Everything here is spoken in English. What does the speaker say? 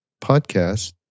podcast